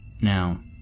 Now